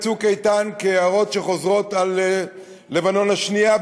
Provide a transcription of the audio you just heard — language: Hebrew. "צוק איתן" כהערות שחוזרות על לבנון השנייה,